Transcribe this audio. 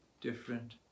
different